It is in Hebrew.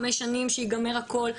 חמש שנים שייגמר הכול,